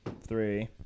three